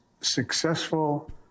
successful